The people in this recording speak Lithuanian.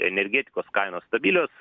energetikos kainos stabilios